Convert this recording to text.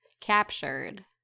captured